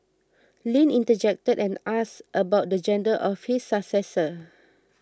Lin interjected and asked about the gender of his successor